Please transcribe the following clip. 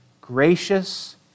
gracious